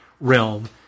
realm